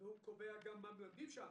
והוא קובע גם מה מלמדים שם?